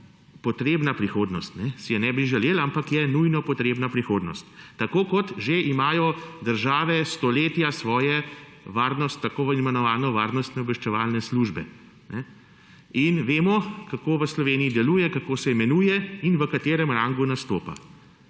potrebna prihodnost, si je ne bi želeli, ampak je nujno potrebna prihodnost. Tako kot že imajo države stoletja svojo varnost, tako imenovano varnostne obveščevalne službe. In vemo kako v Sloveniji deluje, kako se imenuje in v katerem rangu nastopa.